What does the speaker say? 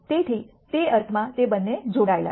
તેથી તે અર્થમાં તે બંને જોડાયેલા છે